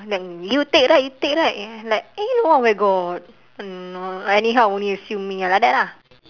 and then you take right you take right like eh no where got anyhow only assume me ah like that ah